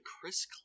Chris